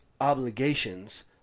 obligations